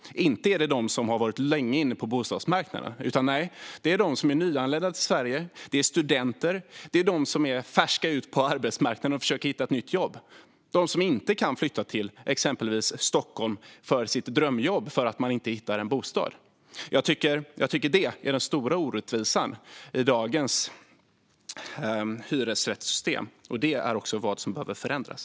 Inte är det de som sedan länge är inne på bostadsmarknaden, utan det är de nyanlända till Sverige, studenter och de som är färska på arbetsmarknaden och försöker hitta ett jobb - de som inte kan flytta till exempelvis Stockholm för sitt drömjobb för att de inte hittar en bostad. Jag tycker att detta är den stora orättvisan i dagens hyresrättssystem, och det är också detta som behöver förändras.